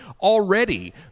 Already